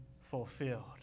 fulfilled